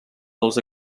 dels